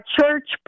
church